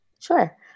Sure